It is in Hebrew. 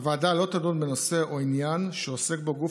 הוועדה לא תדון בנושא או עניין שעוסק בו גוף